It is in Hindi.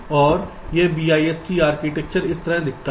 अब यह BIST आर्किटेक्चर इस तरह दिखता है